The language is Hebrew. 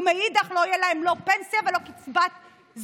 ומנגד לא יהיו להן לא פנסיה ולא קצבת זקנה.